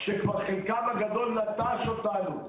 שכבר חלקם הגדול נטש אותנו,